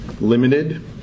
limited